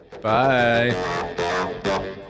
Bye